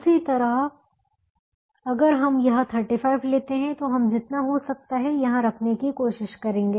उसी तरह अगर हम यह 35 लेते हैं तो हम जितना हो सकता है यहां रखने की कोशिश करेंगे